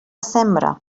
sembre